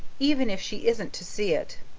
even if she isn't to see it,